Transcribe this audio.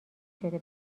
شده